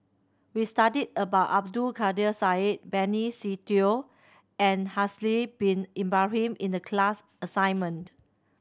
we studied about Abdul Kadir Syed Benny Se Teo and Haslir Bin Ibrahim in the class assignment